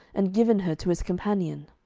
and given her to his companion.